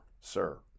sir